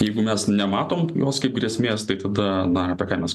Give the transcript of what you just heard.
jeigu mes nematom jos kaip grėsmės tai tada na apie ką mes